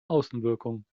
außenwirkung